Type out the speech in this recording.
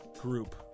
group